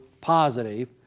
positive